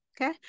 okay